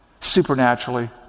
supernaturally